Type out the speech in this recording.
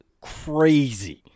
crazy